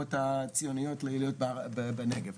השאיפות הציוניות להיות בנגב.